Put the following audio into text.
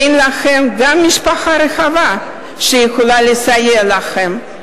אין להן גם משפחה רחבה שיכולה לסייע להן.